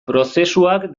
prozesuak